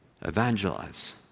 evangelize